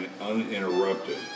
uninterrupted